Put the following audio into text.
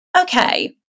okay